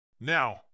Now